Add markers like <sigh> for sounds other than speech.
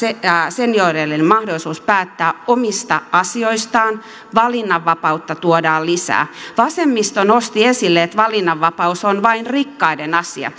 senioreille mahdollisuus päättää omista asioistaan valinnanvapautta tuodaan lisää vasemmisto nosti esille että valinnanvapaus on vain rikkaiden asia <unintelligible>